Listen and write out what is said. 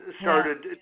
started